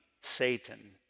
Satan